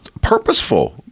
purposeful